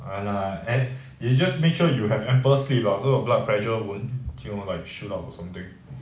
ya lah and you just make sure you have ample sleep lah so your blood pressure won't keep on like shoot up or something